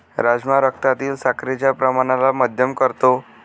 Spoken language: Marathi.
राजमा रक्तातील साखरेच्या प्रमाणाला मध्यम करतो